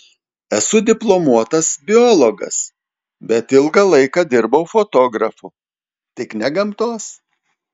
esu diplomuotas biologas bet ilgą laiką dirbau fotografu tik ne gamtos